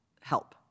help